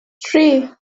three